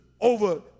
over